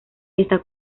está